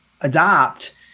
adopt